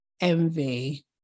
envy